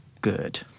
good